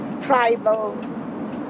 tribal